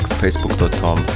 facebook.com